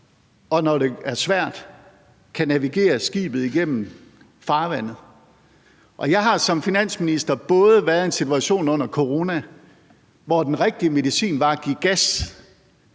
og når det er svært, kan navigere skibet igennem farvandet. Og jeg har som finansminister været i en situation under corona, hvor den rigtige medicin var at give gas,